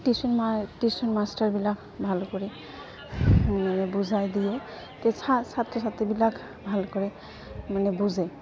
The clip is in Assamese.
টিউশ্যন টিউশ্যন মাষ্টাৰবিলাক ভাল কৰি মানে বুজাই দিয়ে তো ছাত্ৰ ছাত্ৰীবিলাক ভাল কৰে মানে বুজে